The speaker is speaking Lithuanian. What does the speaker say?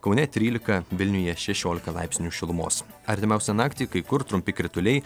kaune trylika vilniuje šešiolika laipsnių šilumos artimiausią naktį kai kur trumpi krituliai